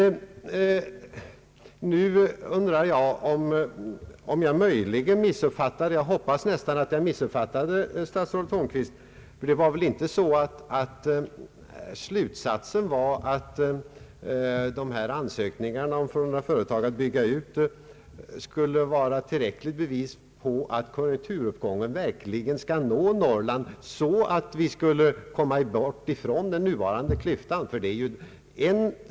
Jag undrar om jag möjligen missuppfattade statsrådet Holmqvist — jag nästan hoppas det — ty hans slutsats var väl inte den att ansökningarna från dessa företag att bygga ut skulle vara ett tillräckligt bevis på att konjunkturuppgången verkligen når Norrland, så att den nuvarande klyftan upphör.